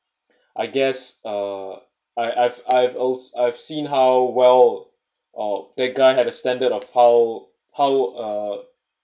I guess uh I I've I've also I've seen how well or that guy had extended of how how uh